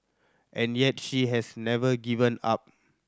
and yet she has never given up